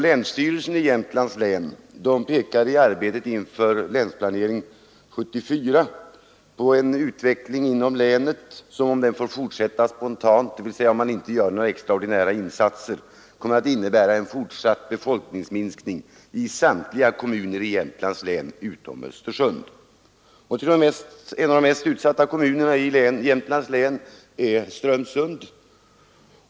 Länsstyrelsen i Jämtlands län pekar i arbetet inför Länsplanering 74 på en utveckling inom länet som om den får fortsätta spontant — dvs. om inte några extraordinära insatser vidtas — kommer att innebära en fortsatt befolkningsminskning i samtliga kommuner i Jämtlands län utom Östersund. En av de mest utsatta kommunerna i Jämtlands län är Strömsund.